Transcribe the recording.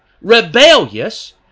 rebellious